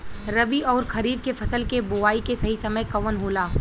रबी अउर खरीफ के फसल के बोआई के सही समय कवन होला?